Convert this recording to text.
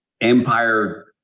Empire